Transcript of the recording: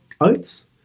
oats